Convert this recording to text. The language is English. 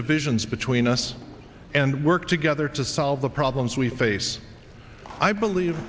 divisions between us and work together to solve the problems we face i believe